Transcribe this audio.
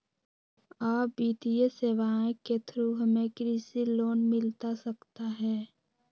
आ वित्तीय सेवाएं के थ्रू हमें कृषि लोन मिलता सकता है?